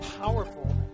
powerful